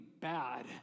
bad